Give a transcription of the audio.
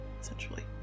essentially